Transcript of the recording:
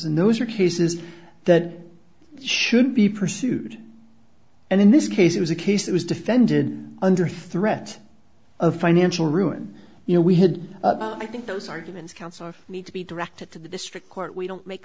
and those are cases that should be pursued and in this case it was a case that was defended under threat of financial ruin you know we had i think those arguments counsel need to be directed to the district court we don't make